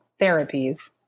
therapies